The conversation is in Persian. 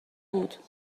بود